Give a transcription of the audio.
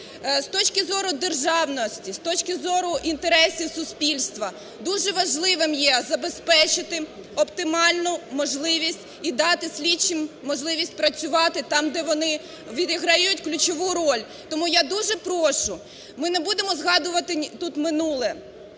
З точки зору державності, з точки зору інтересів суспільства дуже важливим є забезпечити оптимальну можливість і дати слідчим можливість працювати там, де вони відіграють ключову роль. Тому я дуже прошу, ми не будемо згадувати тут минуле,